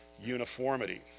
uniformity